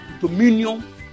dominion